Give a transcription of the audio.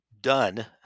done